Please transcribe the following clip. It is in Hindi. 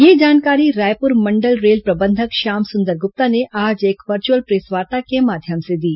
यह जानकारी रायपुर मंडल रेल प्रबंधक श्याम सुंदर गुप्ता ने आज एक वर्चुअल प्रेसवार्ता के माध्यम से दी